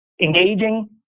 engaging